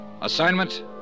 Assignment